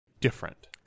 different